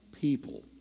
people